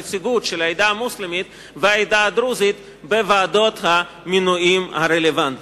הנציגות של העדה המוסלמית והעדה הדרוזית בוועדות המינויים הרלוונטיות.